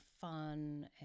fun